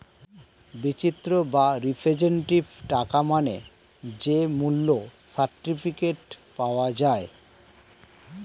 চিত্রিত বা রিপ্রেজেন্টেটিভ টাকা মানে যে মূল্য সার্টিফিকেট পাওয়া যায়